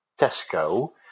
Tesco